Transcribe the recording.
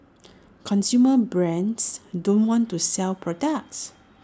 consumer brands don't want to sell products